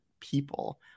people